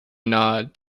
nod